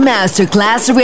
Masterclass